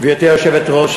גברתי היושבת-ראש,